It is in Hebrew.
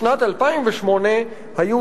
בשנת 2008 היו,